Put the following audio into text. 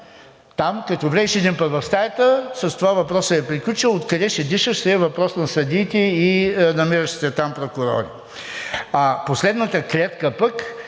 Там, като влезеш един път в стаята, с това въпросът е приключил, а откъде ще дишаш, си е въпрос на съдиите и на намиращите се там прокурори. Последната клетка пък